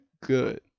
good